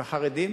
והחרדים?